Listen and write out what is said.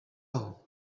aho